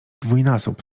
dwójnasób